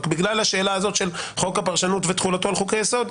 בגלל השאלה הזאת של חוק הפרשנות ותחולתו על חוקי-היסוד,